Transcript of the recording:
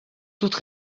toute